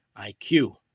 IQ